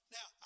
Now